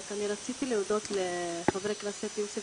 אני רציתי להודות לחבר הכנסת יוסף